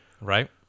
Right